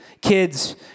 kids